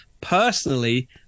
Personally